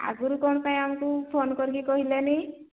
ଆଗରୁ କ'ଣ ପାଇଁ ଆମକୁ ଫୋନ୍ କରିକି କହିଲେନି